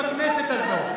בכנסת הזאת.